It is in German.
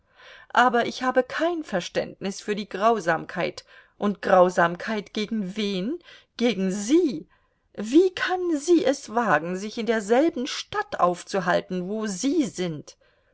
aber ich habe kein verständnis für die grausamkeit und grausamkeit gegen wen gegen sie wie kann sie es wagen sich in derselben stadt aufzuhalten wo sie sind